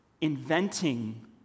inventing